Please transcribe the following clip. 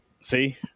See